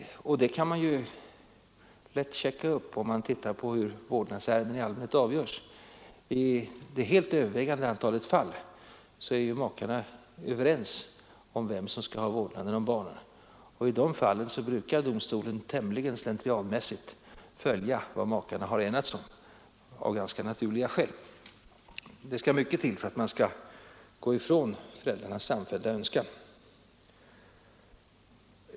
Det kan man lätt checka upp om man tittar på hur vårdnadsärenden i allmänhet avgörs. I det helt övervägande antalet fall är makarna överens om vem som skall ha vårdnaden om barnen. I sådana fall brukar domstolen tämligen slentrianmässigt följa vad makarna har enats om — av ganska naturliga skäl. Det skall mycket till för att man skall gå ifrån föräldrarnas samfällda önskan.